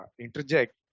interject